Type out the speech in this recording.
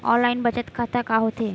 Online बचत खाता का होथे?